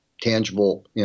tangible